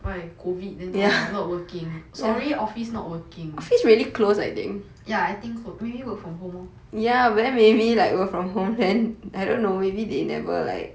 why COVID then orh not working sorry office not working ya I think co~ maybe work from home lor